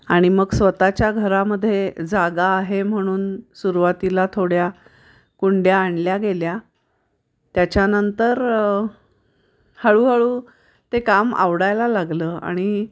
आणि मग स्वतःच्या घरामध्ये जागा आहे म्हणून सुरुवातीला थोड्या कुंड्या आणल्या गेल्या त्याच्यानंतर हळूहळू ते काम आवडायला लागलं आणि